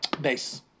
Base